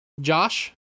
josh